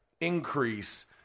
increase